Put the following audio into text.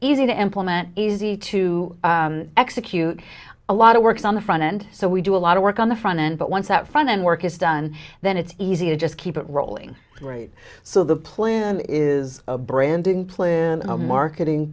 easy to implement easy to execute a lot of work on the front end so we do a lot of work on the front end but once that front and work is done then it's easy to just keep it rolling rate so the plan is brandon plan a marketing